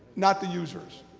not the users?